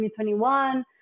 2021